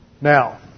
Now